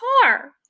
car